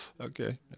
Okay